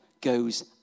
goes